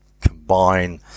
combine